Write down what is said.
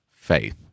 faith